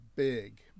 Big